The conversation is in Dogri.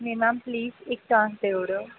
नेईं मैम प्लीज इक चांस देई उड़ेओ